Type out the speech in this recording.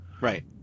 Right